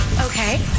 Okay